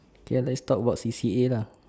okay let's talk about C_C_A lah